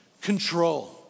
control